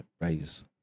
raise